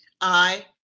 Aye